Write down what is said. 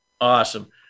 Awesome